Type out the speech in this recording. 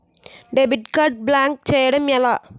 Debit card block చేయటం ఎలా?